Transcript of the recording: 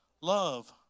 love